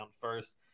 first